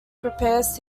prepares